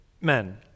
men